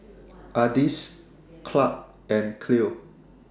Ardis Clarke and Cleo